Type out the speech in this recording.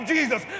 Jesus